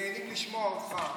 נהנים לשמוע אותך,